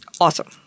Awesome